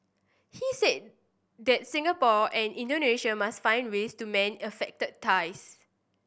he said that Singapore and Indonesia must find ways to mend affected ties